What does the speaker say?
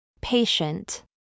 Patient